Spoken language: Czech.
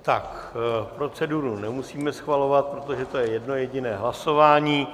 Tak proceduru nemusíme schvalovat, protože to je jedno jediné hlasování.